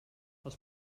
els